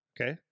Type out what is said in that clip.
okay